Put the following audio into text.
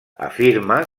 afirma